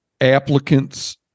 applicants